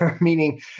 meaning